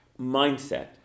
mindset